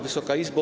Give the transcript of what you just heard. Wysoka Izbo!